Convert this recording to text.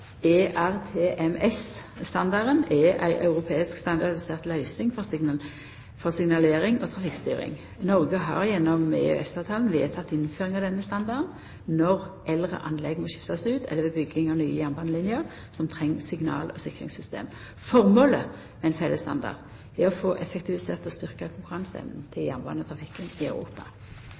er ei europeisk standardisert løysing for signalering og trafikkstyring. Noreg har gjennom EØS-avtalen vedteke innføring av denne standarden når eldre anlegg må skiftast ut eller ved bygging av nye jernbanelinjer som treng signal- og sikringssystem. Formålet med ein felles standard er å få effektivisert og styrkja konkurranseevna til jernbanetrafikken